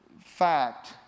fact